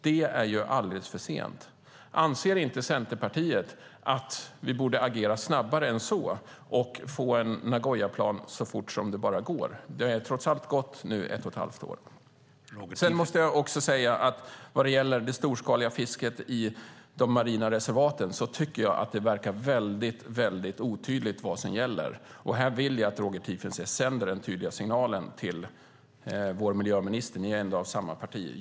Det är alldeles för sent. Anser inte Centerpartiet att vi borde agera snabbare än så och få en Nagoyaplan så fort som det bara går? Det har trots allt gått ett och ett halvt år nu. Sedan måste jag också säga att vad gäller det storskaliga fisket i de marina reservaten tycker jag att det verkar vara väldigt otydligt vad som gäller. Här vill jag att Roger Tiefensee sänder en tydlig signal till vår miljöminister. Ni tillhör ändå samma parti.